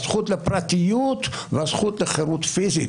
הזכות לפרטיות והזכות לחירות פיזית.